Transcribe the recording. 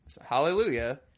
Hallelujah